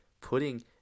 putting